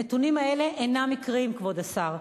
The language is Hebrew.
הנתונים האלה אינם מקריים, כבוד השר.